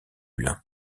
lin